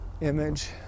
image